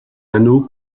anneau